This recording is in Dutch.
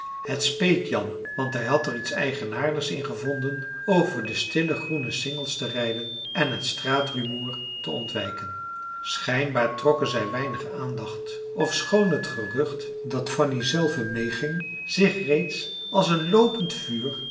het speet jan want hij had er iets eigenaardigs in gevonden over de stille groene singels te rijden en het straatrumoer te ontwijken schijnbaar trokken zij weinig aandacht ofschoon het gerucht dat fanny zelve meeging zich reeds als een loopend vuur